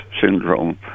syndrome